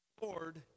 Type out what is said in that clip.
lord